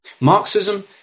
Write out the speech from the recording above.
Marxism